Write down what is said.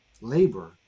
labor